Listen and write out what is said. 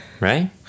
Right